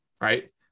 right